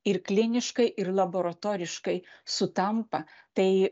ir kliniškai ir laboratoriškai sutampa tai